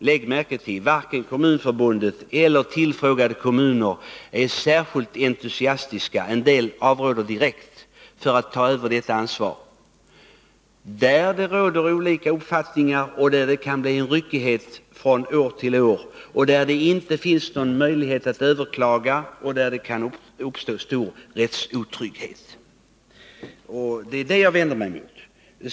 Lägg märke till att varken Kommunförbundet eller tillfrågade kommuner är särskilt entusiastiska, en del avråder direkt från att ta över detta ansvar. Det råder olika uppfattningar, det kan bli fråga om ryckighet från år till år, och det finns inte någon möjlighet att överklaga. Där kan det uppstå stor rättsotrygghet. Det är det jag vänder mig emot.